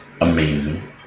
Amazing